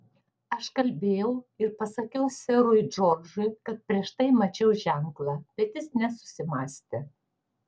aš kalbėjau ir pasakiau serui džordžui kad prieš tai mačiau ženklą bet jis nesusimąstė